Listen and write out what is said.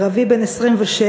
ערבי בן 26,